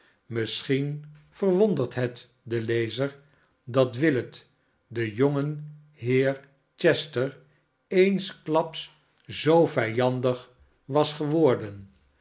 misschien verwondert het den lezer dat willet den jongen heer chester eensklaps zoo vijandig was geworden